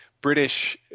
british